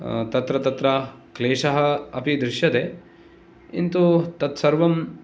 तत्र तत्र क्लेशः अपि दृश्यते किन्तु तत् सर्वं